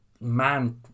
man